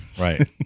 Right